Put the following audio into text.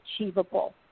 achievable